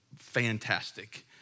fantastic